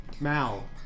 Mal